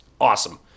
awesome